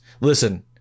Listen